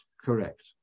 correct